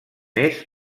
més